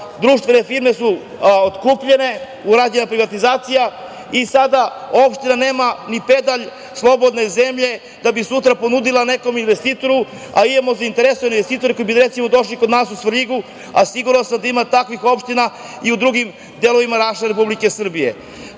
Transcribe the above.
društvene firme su otkupljene, urađena privatizacija i sada opština nema ni pedalj slobodne zemlje da bi sutra ponudila nekom investitoru, a imamo zainteresovane investitore koji bi, recimo, došli kod nas u Svrljig, a siguran sam da da ima takvih opština i u drugim delovima naše Republike Srbije. Zakon